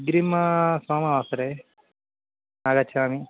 अग्रिमे सोमावासरे आगच्छामि